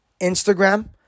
Instagram